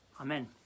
Amen